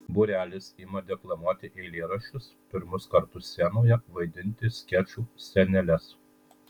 būrelis ima deklamuoti eilėraščius pirmus kartus scenoje vaidinti skečų sceneles